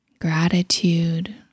gratitude